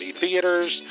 Theaters